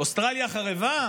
אוסטרליה חרבה?